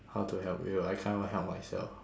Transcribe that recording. how to help you I can't even help myself